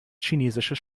chinesisches